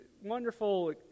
Wonderful